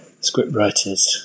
scriptwriters